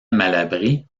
malabry